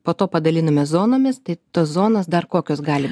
po to padalinome zonomis tai tos zonos dar kokios gali